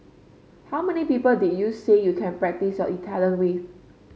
how many people did you say you can practise your Italian with